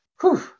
Whew